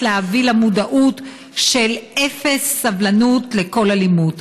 להביא למודעות של אפס סובלנות לכל אלימות.